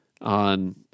on